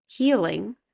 Healing